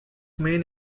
main